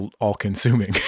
all-consuming